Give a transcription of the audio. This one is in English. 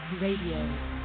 Radio